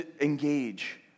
Engage